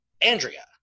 Andrea